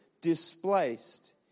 displaced